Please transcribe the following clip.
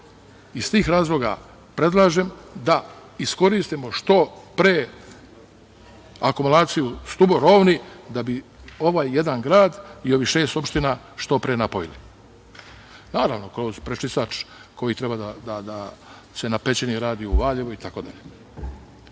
tih razloga predlažem da iskoristimo što pre akumulaciju stuba Rovni da bi ovaj jedan grad i ovih šest opština što pre napojili. Naravno, kao prečistač koji treba da se na pećini radi u Valjevu, itd. Mislim